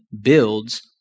builds